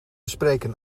spreken